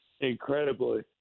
incredibly